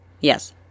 yes